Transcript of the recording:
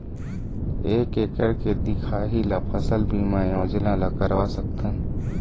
एक एकड़ के दिखाही ला फसल बीमा योजना ला करवा सकथन?